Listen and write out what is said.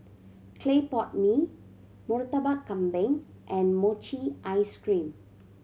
clay pot mee Murtabak Kambing and mochi ice cream